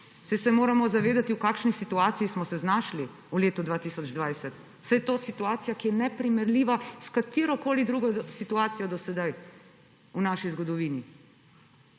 saj se moramo zavedati, v kakšni situaciji smo se znašli v letu 2020! Saj to je situacija, ki je neprimerljiva s katerokoli drugo situacijo do sedaj v naši zgodovini.